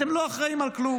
אתם לא אחראים על כלום.